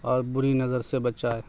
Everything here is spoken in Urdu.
اور بری نظر سے بچائے